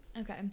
okay